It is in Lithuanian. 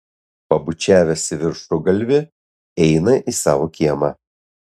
pabučiavęs į viršugalvį eina į savo kiemą